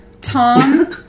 Tom